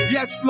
Yes